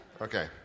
Okay